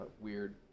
weird